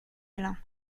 allain